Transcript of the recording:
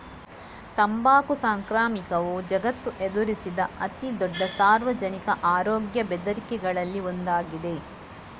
ತಂಬಾಕು ಸಾಂಕ್ರಾಮಿಕವು ಜಗತ್ತು ಎದುರಿಸಿದ ಅತಿ ದೊಡ್ಡ ಸಾರ್ವಜನಿಕ ಆರೋಗ್ಯ ಬೆದರಿಕೆಗಳಲ್ಲಿ ಒಂದಾಗಿದೆ